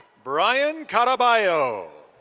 bryan caraballo.